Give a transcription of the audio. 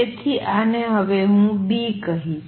તેથી આને હવે હું B કહીશ